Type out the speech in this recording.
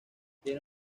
tiene